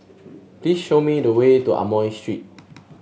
please show me the way to Amoy Street